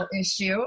issue